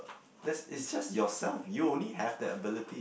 that's it's just yourself you only have that ability